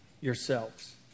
yourselves